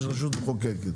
יש רשות מחוקקת,